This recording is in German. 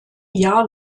jahr